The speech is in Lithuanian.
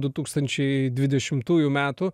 du tūkstančiai dvidešimtųjų metų